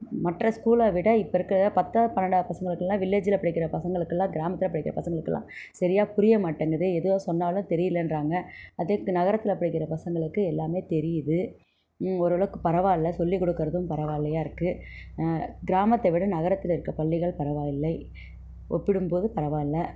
மற்ற ஸ்கூலை விட இப்போ இருக்கிற பத்து பன்னெண்டாம் வகுப்பு பசங்களுக்கெலாம் வில்லேஜில் படிக்கிற பசங்களுக்கெலாம் கிராமத்தில் படிக்கிற பசங்களுக்கெலாம் சரியாக புரிய மாட்டேங்குது எது சொன்னாலும் தெரியலன்கிறாங்க அது நகரத்தில் படிக்கிற பசங்களுக்கு எல்லாமே தெரியுது ஓரளவுக்கு பரவாயில்ல சொல்லிக் கொடுக்குறதும் பரவாயில்லையாக இருக்குது கிராமத்தை விட நகரத்தில் இருக்கிற பள்ளிகள் பரவாயில்லை ஒப்பிடும் போது பரவாயில்லை